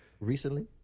Recently